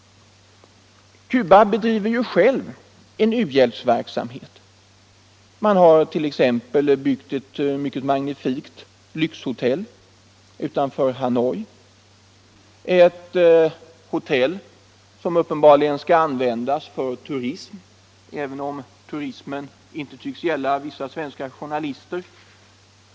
Cuba bedriver själv u-hjälpsverksamhet. Man har t.ex. byggt ett mycket magnifikt lyxhotell utanför Hanoi, ett hotell som uppenbarligen skall användas för turism, även om den turismen inte tycks gälla vissa svenska journalister.